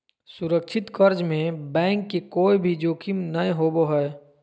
सुरक्षित कर्ज में बैंक के कोय भी जोखिम नय होबो हय